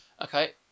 Okay